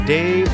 Dave